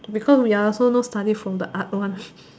because we are also not study from the art one